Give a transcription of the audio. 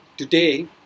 Today